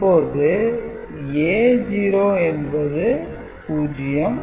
இப்போது A0 என்பது 0